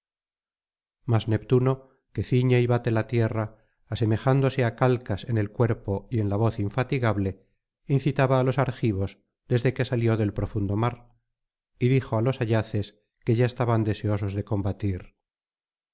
mas neptuno que ciñe y bate la tierra asemejándose á calcas en el cuerpo y en la voz infatigable incitaba á los argivos desde que salió del profundo mar y dijo á los ayaces que ya estaban deseosos de combatir